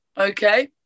Okay